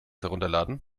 herunterladen